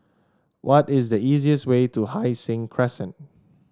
what is the easiest way to Hai Sing Crescent